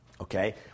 okay